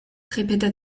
répéta